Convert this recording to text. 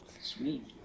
Sweet